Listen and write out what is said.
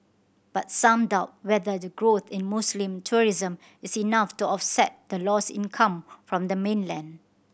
but some doubt whether the growth in Muslim tourism is enough to offset the lost income from the mainland